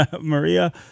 Maria